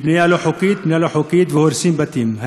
בנייה לא חוקית, בנייה לא חוקית, והורסים בתים.